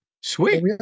Sweet